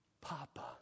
Papa